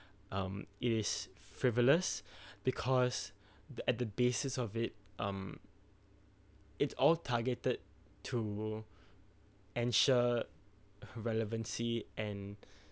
um it is frivolous because the at the basis of it um it all targeted to ensure relevancy and